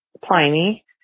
Pliny